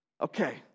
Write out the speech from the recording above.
Okay